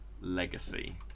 Legacy